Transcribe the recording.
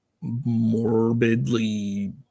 morbidly